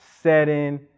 setting